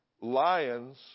lions